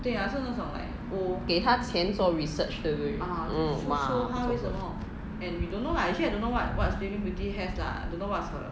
oh 给她钱做 research 对不对 oh !wah!